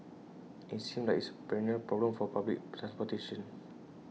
and IT seems like it's A perennial problem for public transportation